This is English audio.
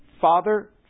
Father